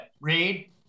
Read